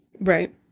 right